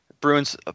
Bruins